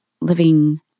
living